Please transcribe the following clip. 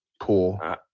Pool